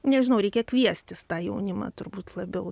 nežinau reikia kviestis tą jaunimą turbūt labiau